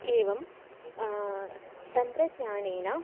एवं तन्त्रज्ञानेन